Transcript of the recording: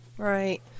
Right